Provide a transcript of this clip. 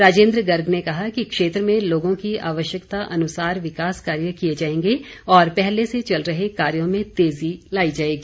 राजेन्द्र गर्ग ने कहा कि क्षेत्र में लोगों की आवश्यकता अनुसार विकास कार्य किए जाएंगे और पहले से चल रहे कार्यो में तेज़ी लाई जाएगी